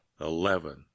eleven